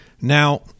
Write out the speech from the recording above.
Now